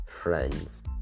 friends